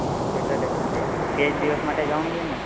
હાં Saturday Sunday બે જ દિવસ માટે જવાનું છે ને